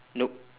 nope